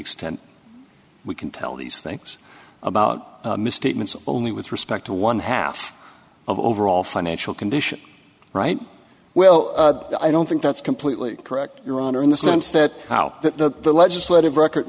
extent we can tell these things about misstatements only with respect to one half of overall financial condition right well i don't think that's completely correct your honor in the sense that how that the legislative record